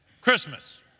Christmas